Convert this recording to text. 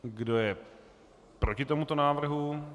Kdo je proti tomuto návrhu?